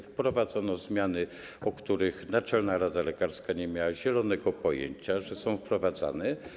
Wprowadzono zmiany, o których Naczelna Rada Lekarska nie miała zielonego pojęcia, że są wprowadzane.